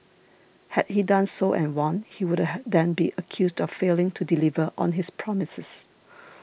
had he done so and won he would the had then be accused of failing to deliver on his promises